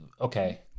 okay